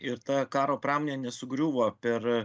ir ta karo pramonė nesugriuvo per